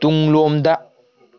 ꯇꯨꯡꯂꯣꯝꯗ